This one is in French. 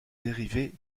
dérivés